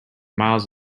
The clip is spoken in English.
miles